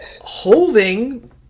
holding